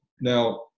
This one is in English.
Now